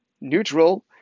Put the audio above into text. neutral